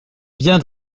bien